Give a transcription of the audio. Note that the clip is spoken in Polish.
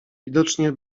widocznie